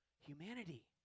humanity